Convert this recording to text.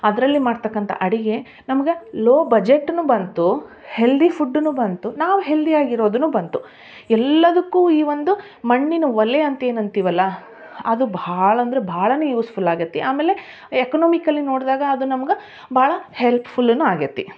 ಅದರಲ್ಲಿ ಮಾಡ್ತಕ್ಕಂಥ ಅಡುಗೆ ನಮ್ಗೆ ಲೋ ಬಜೆಟ್ಟುನೂ ಬಂತು ಹೆಲ್ದಿ ಫುಡ್ಡುನೂ ಬಂತು ನಾವು ಹೆಲ್ದಿ ಆಗಿರೋದೂನೂ ಬಂತು ಎಲ್ಲದಕ್ಕೂ ಈ ಒಂದು ಮಣ್ಣಿನ ಒಲೆ ಅಂತ ಏನು ಅಂತೀವಲ್ಲ ಅದು ಭಾಳ ಅಂದ್ರೆ ಭಾಳನೇ ಯೂಸ್ ಫುಲ್ ಆಗೇತಿ ಆಮೇಲೆ ಎಕ್ನಾಮಿಕಲಿ ನೋಡಿದಾಗ ಅದು ನಮ್ಗೆ ಭಾಳ ಹೆಲ್ಪ್ಫುಲ್ಲುನೂ ಆಗೇತಿ